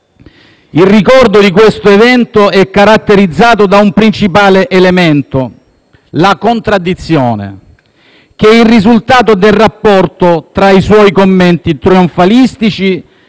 Il ricordo di questo evento è caratterizzato da un principale elemento: la contraddizione, che è il risultato del rapporto tra i suoi commenti trionfalistici